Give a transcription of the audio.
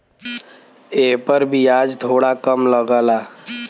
एपर बियाज थोड़ा कम लगला